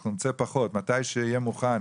אני רוצה פחות, כשיהיה מוכן